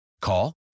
Call